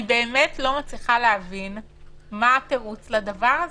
אני באמת לא מצליחה להבין מה התירוץ לדבר הזה.